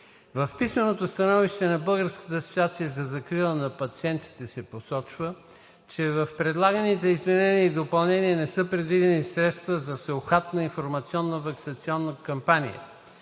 В писменото становище на Българската асоциация за закрила на пациентите се посочва, че в предлаганите изменения и допълнения не са предвидени средства за всеобхватна информационна ваксинационна кампания